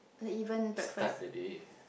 start the day